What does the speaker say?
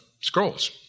scrolls